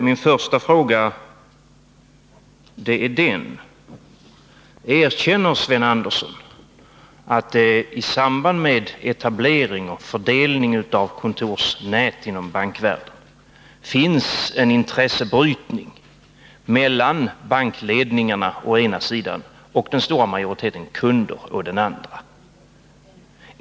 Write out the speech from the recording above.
Min första fråga lyder: Erkänner Sven Andersson att det i samband med etablering och fördelning av kontorsnät inom bankvärlden finns en intressebrytning mellan bankledningarna å ena sidan och den stora majoriteten kunder å den andra sidan?